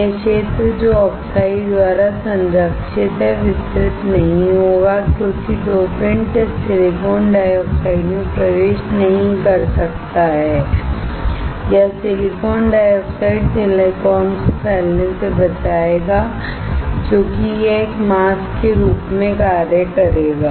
यह क्षेत्र जो ऑक्साइड द्वारा संरक्षित है विसरित नहीं होगा क्योंकि डोपेंट इस सिलिकॉन डाइऑक्साइड में प्रवेश नहीं कर सकता है या सिलिकॉन डाइऑक्साइड सिलिकॉनको फैलने से बचाएगा क्योंकि यह एक मास्क के रूप में कार्य करेगा